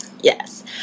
yes